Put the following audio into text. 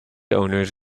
owners